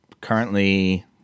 currently –